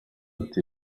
ati